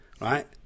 right